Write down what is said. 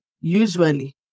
Usually